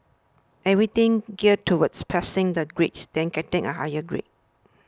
everything geared towards passing the grades then getting a higher grade